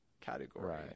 category